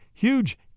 huge